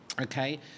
okay